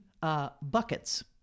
Buckets